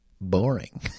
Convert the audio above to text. Boring